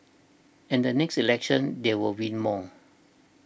and the next election they will win more